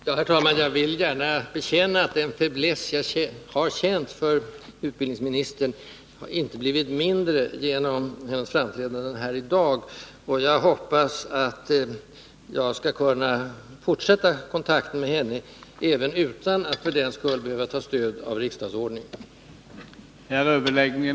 Herr talman! Jag vill gärna bekänna att den faiblesse som jag har känt för utbildningsministern inte har blivit mindre genom hennes framträdande här i dag. Jag hoppas att jag skall kunna fortsätta kontakten med henne utan att för den skull behöva ta stöd av riksdagsordningen.